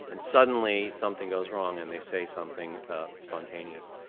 and suddenly something goes wrong and they say something spontaneous